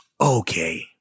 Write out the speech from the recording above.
okay